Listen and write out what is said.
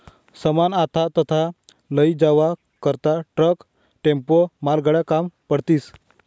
सामान आथा तथा लयी जावा करता ट्रक, टेम्पो, मालगाड्या काम पडतीस